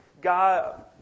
God